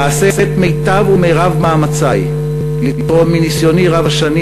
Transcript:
אעשה את מיטב ומרב מאמצי לתרום מניסיוני רב-השנים